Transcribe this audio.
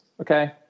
Okay